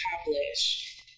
accomplish